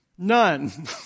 None